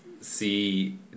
see